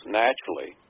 naturally